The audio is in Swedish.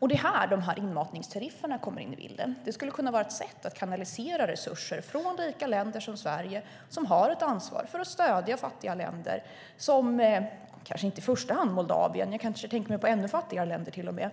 Det är här inmatningstarifferna kommer in i bilden. Det skulle kunna vara ett sätt att kanalisera resurser från rika länder som Sverige, som har ett ansvar för att stödja fattiga länder. Jag tänker kanske inte i första hand på Moldavien. Jag kanske till och med tänker mer på ännu fattigare länder